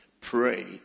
pray